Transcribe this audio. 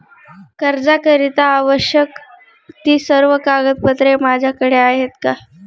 कर्जाकरीता आवश्यक ति सर्व कागदपत्रे माझ्याकडे आहेत का?